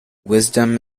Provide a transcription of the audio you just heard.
wisdom